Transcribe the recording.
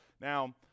Now